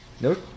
Nope